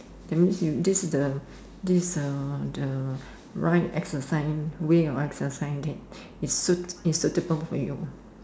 that means you this is the is the right exercise right way of exercise that is suitable for you